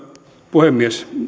puhemies